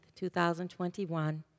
2021